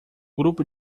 grupo